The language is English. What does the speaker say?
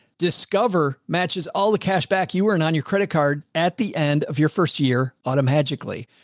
discover matches all the cash back. you are and on your credit card at the end of your first year. automagically,